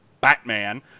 Batman